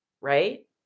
right